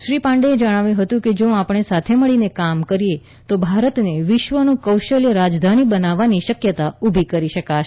શ્રી પાંડેએ જણાવ્યું હતું કે જો આપણે સાથે મળીને કામ કરીએ તો ભારતને વિશ્વનું કૌશલ્ય રાજધાની બનાવવાની શક્યતા ઊભી કરી શકાશે